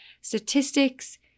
statistics